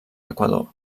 equador